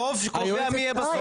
הרוב קובע מי יהיה בסוף,